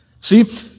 See